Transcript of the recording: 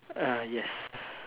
uh yes